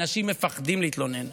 אנשים מפחדים להתלונן.